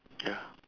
ya